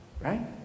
right